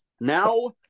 Now